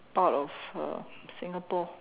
part of uh Singapore